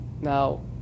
now